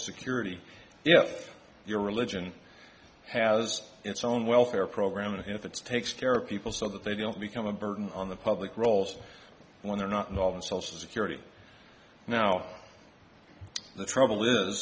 security if your religion has its own welfare program and if it's takes care of people so that they don't become a burden on the public rolls when they're not involved in social security now the trouble is